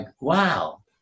wow